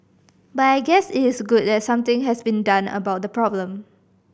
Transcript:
but I guess it is good that something has been done about the problem